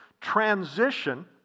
transition